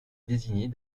désignées